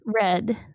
Red